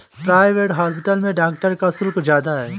private hospital में doctor का शुल्क ज्यादा है